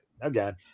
again